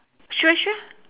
sure sure